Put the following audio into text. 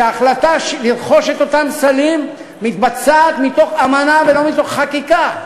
שההחלטה לרכוש את אותם סלים מתבצעת מתוך אמנה ולא מתוך חקיקה,